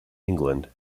england